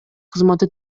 кызматы